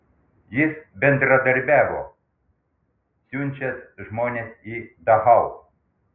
jis bendradarbiavo siunčiant žmones į dachau